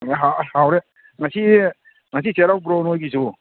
ꯍꯥꯎꯔꯦ ꯉꯁꯤ ꯉꯁꯤ ꯆꯩꯔꯥꯎꯕ꯭ꯔꯣ ꯅꯣꯏꯒꯤꯁꯨ